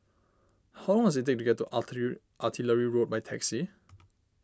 how long does it take to get to Artillery Road by taxi